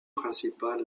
principale